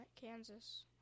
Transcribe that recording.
Kansas